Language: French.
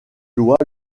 lois